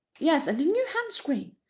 yes, and the new hand-screen.